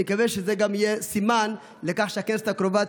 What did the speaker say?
אני מקווה שזה גם יהיה סימן לכך שהכנסת הקרובה